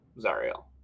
Zariel